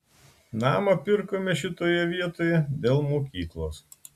namą pirkome šitoje vietoj dėl mokyklos